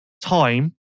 time